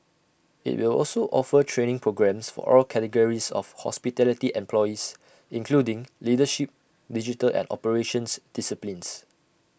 IT will also offer training programmes for all categories of hospitality employees including leadership digital and operations disciplines